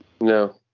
No